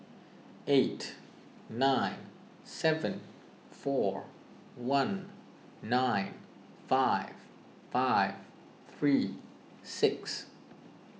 eight nine seven four one nine five five three six